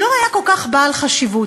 לא היה כל כך בעל חשיבות.